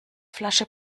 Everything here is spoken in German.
flasche